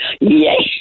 Yes